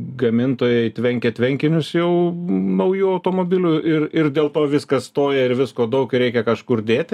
gamintojai tvenkia tvenkinius jau naujų automobilių ir ir dėl to viskas stoja ir visko daug ir reikia kažkur dėti